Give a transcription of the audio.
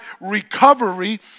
recovery